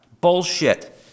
Bullshit